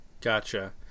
gotcha